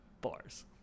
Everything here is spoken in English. Bars